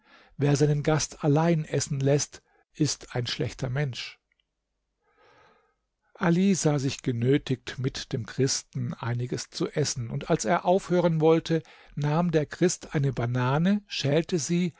wer seinen gast allein essen läßt ist ein schlechter mensch ali sah sich genötigt mit dem christen einiges zu essen und als er aufhören wollte nahm der christ eine banane schälte sie